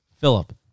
Philip